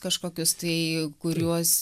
kažkokius tai kuriuos